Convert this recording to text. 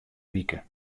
wike